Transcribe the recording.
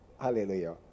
Hallelujah